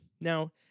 Now